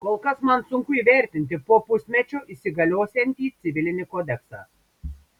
kol kas man sunku įvertinti po pusmečio įsigaliosiantį civilinį kodeksą